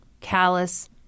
callous